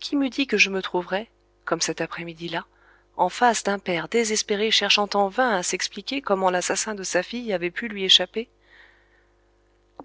qui m'eût dit que je me trouverais comme cet après midi là en face d'un père désespéré cherchant en vain à s'expliquer comment l'assassin de sa fille avait pu lui échapper